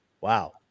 wow